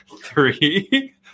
three